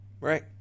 right